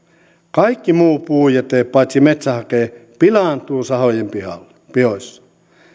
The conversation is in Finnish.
kaikki muu puujäte paitsi metsähake pilaantuu sahojen pihoissa pihoissa